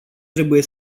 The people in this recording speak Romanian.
trebuie